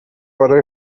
برای